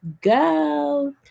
go